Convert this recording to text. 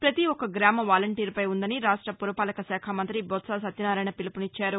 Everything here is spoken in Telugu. ప్రతి ఒక్క గ్రామ వాలంటీర్పై ఉందని రాష్ట పురపాలకశాఖ మంత్రి బొత్ప సత్యనారాయణ పిలుపునిచ్చారు